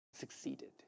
succeeded